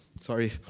Sorry